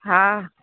हा